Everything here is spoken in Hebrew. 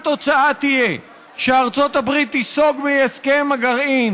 אם התוצאה תהיה שארצות הברית תיסוג מהסכם הגרעין